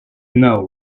note